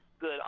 good